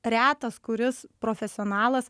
retas kuris profesionalas